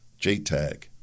JTAG